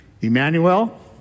Emmanuel